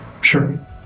Sure